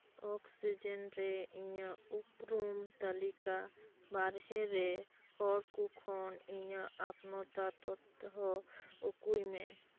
oxygen ᱨᱮ ᱤᱧᱟᱹᱜ ᱩᱯᱨᱩᱢ ᱛᱟᱞᱤᱠᱟ ᱵᱟᱦᱨᱮ ᱨᱮ ᱦᱚᱲᱠᱚ ᱠᱷᱚᱱ ᱤᱧᱟᱹᱜ ᱟᱯᱱᱚ ᱛᱟ ᱛᱚᱛᱷᱚ ᱦᱚᱸ ᱳᱠᱳᱭᱢᱮ